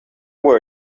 were